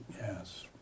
Yes